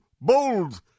bold